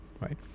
right